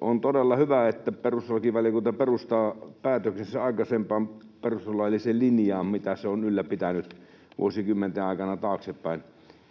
On todella hyvä, että perustuslakivaliokunta perustaa päätöksensä aikaisempaan perustuslailliseen linjaan, mitä se on ylläpitänyt vuosikymmeniä taaksepäin.